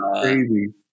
crazy